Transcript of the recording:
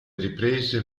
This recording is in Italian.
riprese